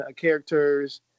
characters